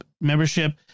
membership